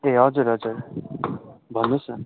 ए हजुर हजुर भन्नुहोस् न